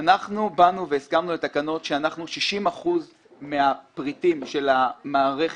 אנחנו באנו והסכמנו לתקנות ש-60% מהפריטים במערכת